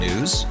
News